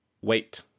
wait